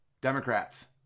Democrats